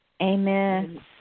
Amen